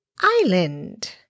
Island